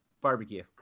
barbecue